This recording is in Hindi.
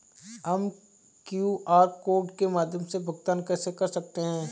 हम क्यू.आर कोड के माध्यम से भुगतान कैसे कर सकते हैं?